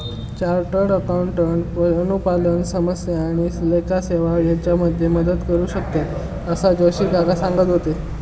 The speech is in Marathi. चार्टर्ड अकाउंटंट अनुपालन समस्या आणि लेखा सेवा हेच्यामध्ये मदत करू शकतंत, असा जोशी काका सांगत होते